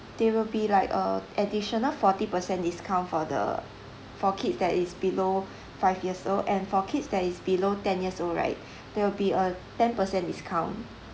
there will be like uh additional forty percent discount for the for kids that is below five years old and for kids that is below ten years old right there will be a ten percent discount